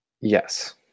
Yes